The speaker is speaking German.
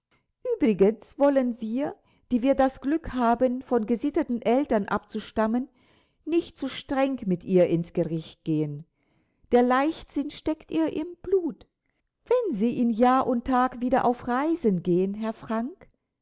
uebrigens wollen wir die wir das glück haben von gesitteten eltern abzustammen nicht zu streng mit ihr ins gericht gehen der leichtsinn steckt ihr im blut wenn sie in jahr und tag wieder auf reisen gehen herr frank